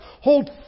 Hold